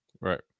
Right